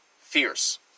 fierce